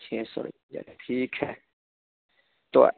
چھ سو روپیہ ٹھیک ہے تو